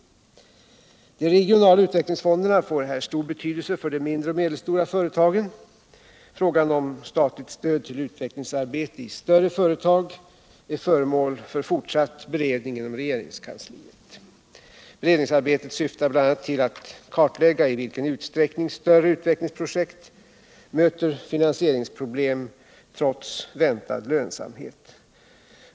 De regionala utvecklingsfonderna får här stor betydelse för de mindre och medelstora företagen. Frågan om statligt stöd till utvecklingsarbete i större företag är föremål för fortsatt beredning i regeringskansliet. Beredningsarbetet syftar bl.a. till att kartlägga i vilken utsträckning större utvecklingsprojekt möter finansieringsproblem trots väntad lönsamhet.